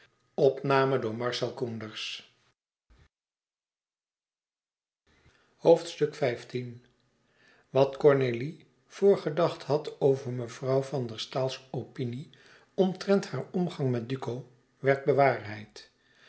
wat cornélie voorgedacht had over mevrouw van der staals opinie omtrent haar omgang met duco werd bewaarheid